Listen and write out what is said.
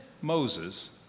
Moses